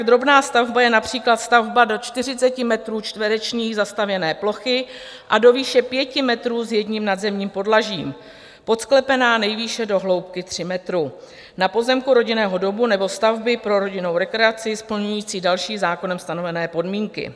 Drobná stavba je například stavba do 40 metrů čtverečních zastavěné plochy a do výše 5 metrů s jedním nadzemním podlažím, podsklepená nejvýše do hloubky 3 metrů, na pozemku rodinného domu nebo stavby pro rodinnou rekreaci, splňující další zákonem stanovené podmínky.